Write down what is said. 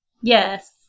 Yes